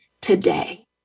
today